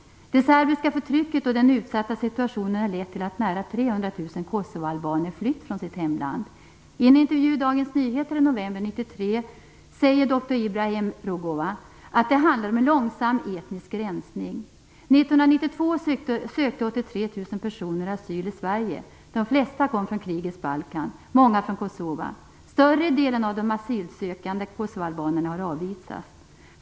Det serbiska förtrycket och den utsatta situationen har lett till att nära 300 000 kosovoalbaner flytt från sitt hemland. I en intervju i Dagens Nyheter i november 1993 säger Dr. Ibrahim Rugova att det handlar om en långsam etnisk rensning. 1992 sökte 83 000 personer asyl i Sverige. De flesta kom från krigets Balkan, många från Kosova. Större delen av de asylsökande kosovoalbanerna har avvisats.